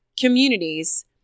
communities